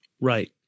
Right